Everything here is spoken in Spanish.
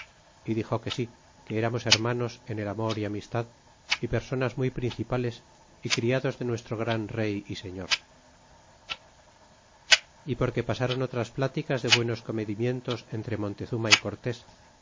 é dixo que sí que erarnos hermanos en el amor y amistad é personas muy principales é criados de nuestro gran rey y señor y porque pasron otras pláticas de buenos comedimientos entre montezuma y cortés